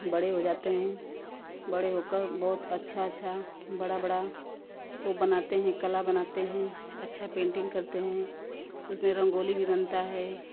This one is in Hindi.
बड़े हो जाते हैं बड़े होकर बहुत अच्छा अच्छा बड़ा बड़ा वो बनाते हैं कला बनाते हैं अच्छा पेंटिंग करते हैं उसमें रंगोली भी बनता ह